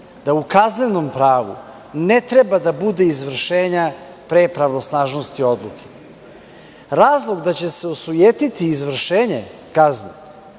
da u kaznenom pravu ne treba da bude izvršenje pre pravosnažnosti odluke. Razloga da će se osujetiti izvršenje kazne